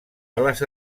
ales